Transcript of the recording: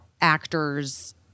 actors